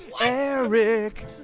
Eric